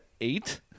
eight